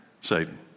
Satan